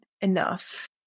enough